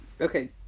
Okay